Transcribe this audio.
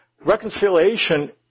Reconciliation